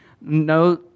No